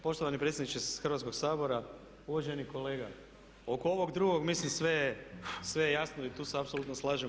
Poštovani predsjedniče Hrvatskog sabora, uvaženi kolega oko ovog drugog mislim sve je jasno i tu se apsolutno slažemo.